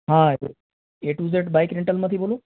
હા A to Z bike રેન્ટલમાંથી બોલું